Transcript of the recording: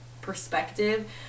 perspective